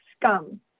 scum